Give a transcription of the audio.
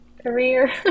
Career